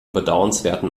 bedauernswerten